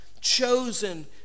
chosen